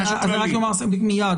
מיד,